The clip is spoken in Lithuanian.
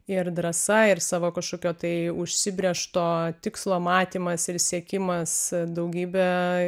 ir drąsa ir savo kažkokio tai užsibrėžto tikslo matymas ir siekimas daugybę